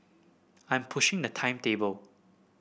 I am pushing the timetable